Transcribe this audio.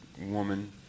woman